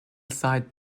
side